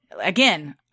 again